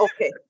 okay